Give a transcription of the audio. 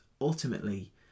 ultimately